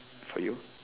for you